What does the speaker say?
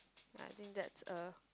I think that's a